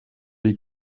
les